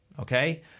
okay